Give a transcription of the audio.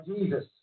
jesus